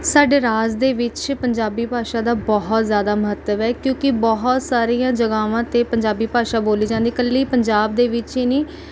ਸਾਡੇ ਰਾਜ ਦੇ ਵਿੱਚ ਪੰਜਾਬੀ ਭਾਸ਼ਾ ਦਾ ਬਹੁਤ ਜ਼ਿਆਦਾ ਮਹੱਤਵ ਹੈ ਕਿਉਂਕਿ ਬਹੁਤ ਸਾਰੀਆਂ ਜਗ੍ਹਾਵਾਂ 'ਤੇ ਪੰਜਾਬੀ ਭਾਸ਼ਾ ਬੋਲੀ ਜਾਂਦੀ ਇਕੱਲੀ ਪੰਜਾਬ ਦੇ ਵਿੱਚ ਹੀ ਨਹੀਂ